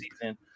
season